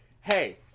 hey